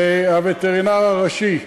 והווטרינר הראשי,